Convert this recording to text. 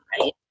right